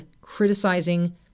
criticizing